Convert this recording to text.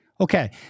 Okay